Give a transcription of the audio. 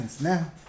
Now